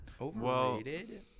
Overrated